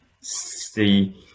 see